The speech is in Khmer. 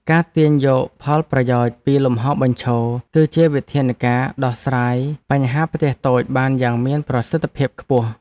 ការទាញយកផលប្រយោជន៍ពីលំហរបញ្ឈរគឺជាវិធានការដោះស្រាយបញ្ហាផ្ទះតូចបានយ៉ាងមានប្រសិទ្ធភាពខ្ពស់។